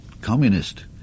communist